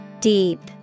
Deep